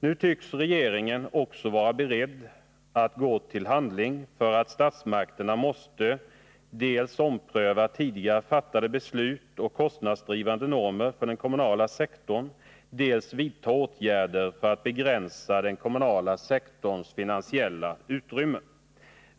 Nu tycks regeringen också vara beredd att gå till handling för att statsmakterna måste dels ompröva tidigare fattade beslut och kostnadsdrivande normer för den kommunala sektorn, dels vidta åtgärder för att begränsa den kommunala sektorns finansiella utrymme.